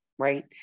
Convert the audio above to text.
right